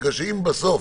בגלל שאם בסוף